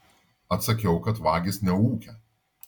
atsakiau kad vagys neūkia